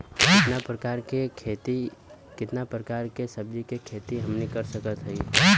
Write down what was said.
कितना प्रकार के सब्जी के खेती हमनी कर सकत हई?